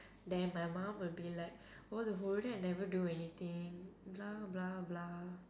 then my mum will be like oh the whole day I never do anything blah blah blah